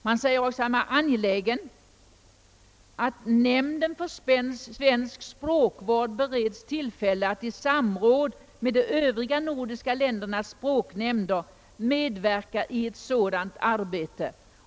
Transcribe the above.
Man säger också att man är angelägen att »Nämnden för svensk språkvård bereds tillfälle att i samråd med de övriga nordiska språknämnderna medverka i ett sådant arbete».